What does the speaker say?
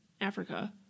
Africa